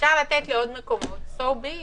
שאפשר לתת לעוד מקומות, So be it.